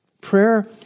Prayer